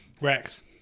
rex